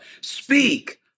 Speak